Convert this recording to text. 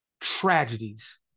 tragedies